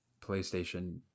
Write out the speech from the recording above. PlayStation